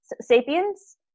Sapiens